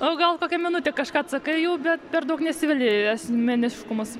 nu gal kokią minutę kažką atsakai jau bet per daug neveli asmeniškumus